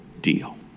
deal